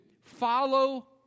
follow